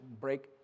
break